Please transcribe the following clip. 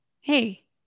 hey